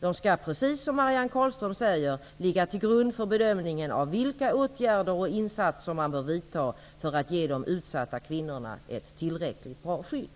De skall också, precis som Marianne Carlström säger, ligga till grund för bedömningen av vilka åtgärder och insatser man bör vidta för att ge de utsatta kvinnorna ett tillräckligt bra skydd.